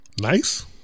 Nice